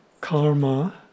karma